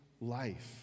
life